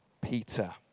Peter